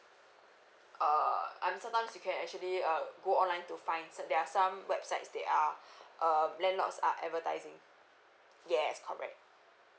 err I mean sometimes you can actually err go online to find so there are some websites there are um landlords are advertising yes correct